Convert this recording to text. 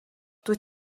dwyt